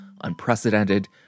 unprecedented